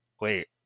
wait